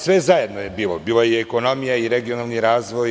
Sve zajedno je bilo, bila je i ekonomija i regionalni razvoj.